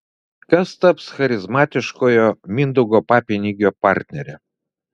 kas taps charizmatiškojo mindaugo papinigio partnere